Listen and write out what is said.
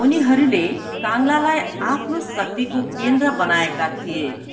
उनीहरूले काङ्गलालाई आफ्नो शक्तिको केन्द्र बनाएका थिए